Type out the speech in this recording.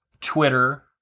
Twitter